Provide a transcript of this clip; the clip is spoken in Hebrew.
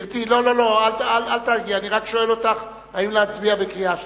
האם להצביע בקריאה שלישית?